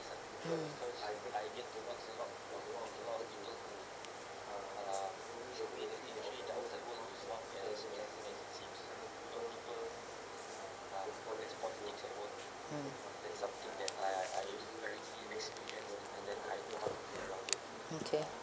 mm mm mm okay